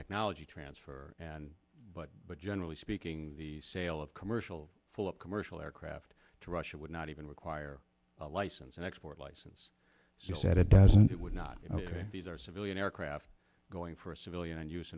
technology transfer and but generally speaking the sale of commercial full of commercial aircraft to russia would not even require a license and export license said it doesn't it would not ok these are civilian aircraft going for civilian